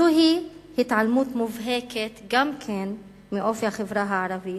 זוהי התעלמות מובהקת גם מאופי החברה הערבית,